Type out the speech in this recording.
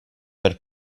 per